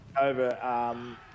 over